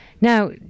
Now